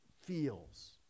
feels